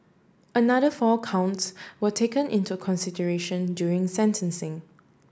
another four counts were taken into consideration during sentencing